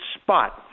spot